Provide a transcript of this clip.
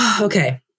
okay